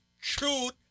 truth